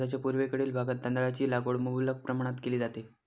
भारताच्या पूर्वेकडील भागात तांदळाची लागवड मुबलक प्रमाणात केली जाते